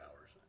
hours